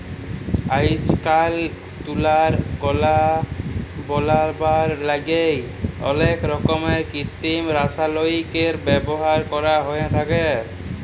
আইজকাইল তুলার গলা বলাবার ল্যাইগে অলেক রকমের কিত্তিম রাসায়লিকের ব্যাভার ক্যরা হ্যঁয়ে থ্যাকে